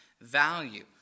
value